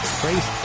crazy